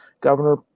Governor